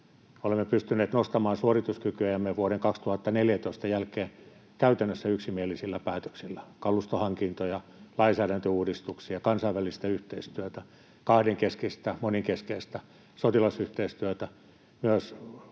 Olemme pystyneet nostamaan suorituskykyämme vuoden 2014 jälkeen käytännössä yksimielisillä päätöksillä: kalustohankintoja, lainsäädäntöuudistuksia, kansainvälistä yhteistyötä, kahdenkeskistä ja monenkeskistä sotilasyhteistyötä, myös